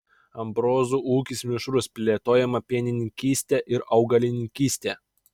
ambrozų ūkis mišrus plėtojama pienininkystė ir augalininkystė